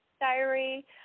diary